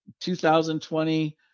2020